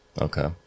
Okay